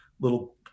little